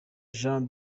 jean